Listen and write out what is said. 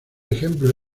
ejemplo